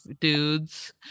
dudes